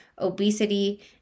obesity